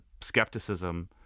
skepticism